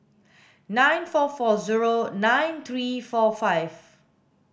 nine four four zero nine three four five